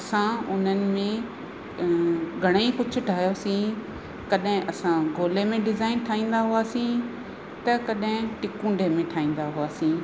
असां उन्हनि में घणेई कुझु ठाहियोसी कॾहिं असां गोले में डिज़ाइन ठाहींदा हुआसीं त कॾहिं टिकुंडे में ठाहींदा हुआसीं